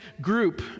group